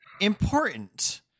important